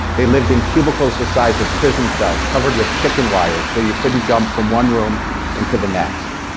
they lived in cubicles the size of prison cells covered with chicken wire so you couldn't jump from one room into the next.